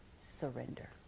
surrender